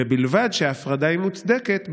ובלבד שההפרדה היא מוצדקת,